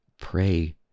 pray